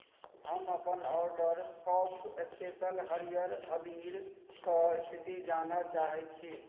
हम अपन ऑर्डर कॉक स्पेशल हरियर अबीरके स्थिति जानय चाहैत छी